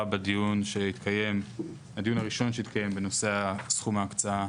בדיון הראשון שהתקיים בנושא סכום ההקצאה